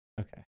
Okay